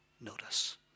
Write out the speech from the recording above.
notice